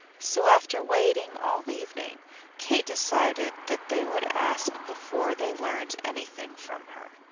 so after waiting all evening kate decided that they would ask before they learned anything from her.